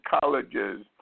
colleges